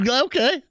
Okay